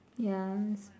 ya